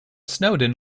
snowden